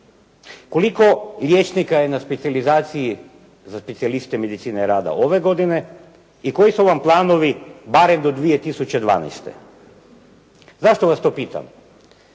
Koliko liječnika je na specijalizaciji za specijaliste medicine rada ove godine i koji su vam planovi barem do 2012.? Zašto vas to pitam?